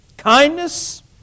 Kindness